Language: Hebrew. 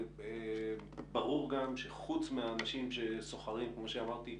ברור גם שחוץ מהאנשים שסוחרים, כמו שאמרתי,